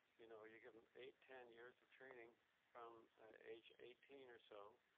you know you give them eight, ten years of training from age eighteen or so.